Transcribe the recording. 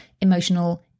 emotional